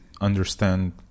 understand